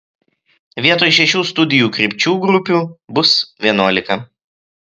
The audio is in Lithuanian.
vietoj šešių studijų krypčių grupių bus vienuolika